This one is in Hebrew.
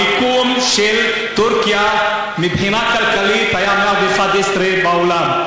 המיקום של טורקיה מבחינה כלכלית היה 111 בעולם,